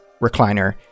recliner